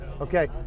okay